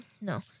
No